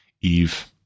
Eve